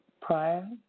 prior